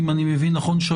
אם אני מבין נכון,